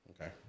Okay